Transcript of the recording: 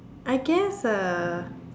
I guess a